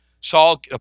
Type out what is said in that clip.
Saul